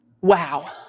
Wow